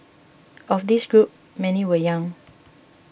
of this group many were young